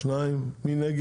מי נמנע?